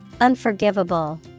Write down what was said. Unforgivable